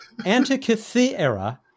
Antikythera